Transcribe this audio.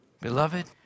Beloved